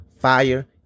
Fire